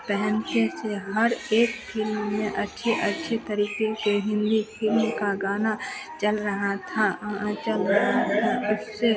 पहनने से हर एक फिल्म में अच्छी अच्छी तरीक़े के हिन्दी फिल्म का गाना चल रहा था चल रहा है जिससे